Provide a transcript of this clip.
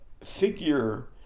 figure